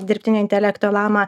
dirbtinio intelekto lamą